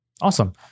Awesome